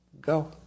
Go